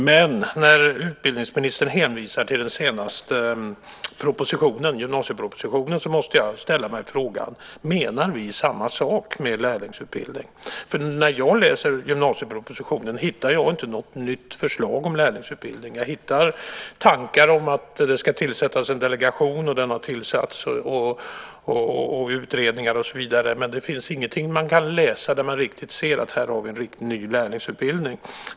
Men när utbildningsministern hänvisar till den senaste propositionen, gymnasiepropositionen, måste jag ställa mig frågan: Menar vi samma sak med lärlingsutbildning? När jag läser gymnasiepropositionen hittar jag inte något nytt förslag om lärlingsutbildning. Jag hittar tankar om att det ska tillsättas en delegation, och den har tillsatts, utredningar och så vidare. Men det finns ingenting att läsa där man riktigt ser att här har vi en ny lärlingsutbildning.